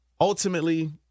Ultimately